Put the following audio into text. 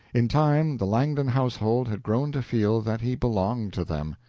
in time the langdon household had grown to feel that he belonged to them.